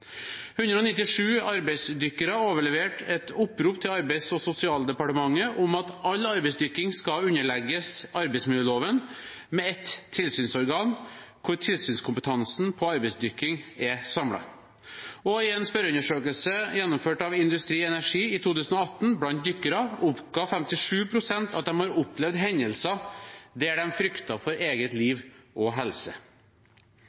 197 arbeidsdykkere overleverte et opprop til Arbeids- og sosialdepartementet om at all arbeidsdykking skal underlegges arbeidsmiljøloven med ett tilsynsorgan der tilsynskompetansen på arbeidsdykking er samlet. I en spørreundersøkelse gjennomført av Industri Energi i 2018 blant dykkere oppga 57 pst. at de hadde opplevd hendelser der de fryktet for eget